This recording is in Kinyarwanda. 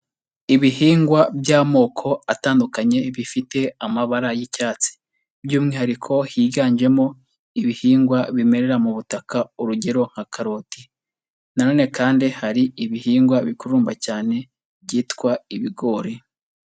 Ibihingwa by'amoko atandukanye bifite amabara y'icyatsi, by'umwihariko higanjemo ibihingwa bimerera mu butaka, urugero nka karoti na none kandi hari ibihingwa bikurumba cyane byitwa ibigori.